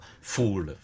fool